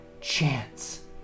chance